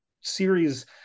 series